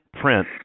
print